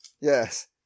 Yes